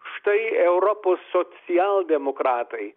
štai europos socialdemokratai